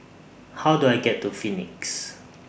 How Do I get to Phoenix